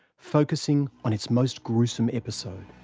focussing on its most gruesome episode.